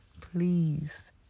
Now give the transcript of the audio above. Please